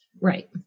Right